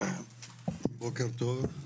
בוקר טוב,